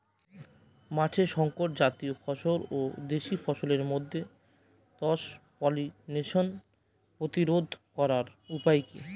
মাঠের শংকর জাতীয় ফসল ও দেশি ফসলের মধ্যে ক্রস পলিনেশন প্রতিরোধ করার উপায় কি?